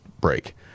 break